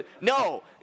No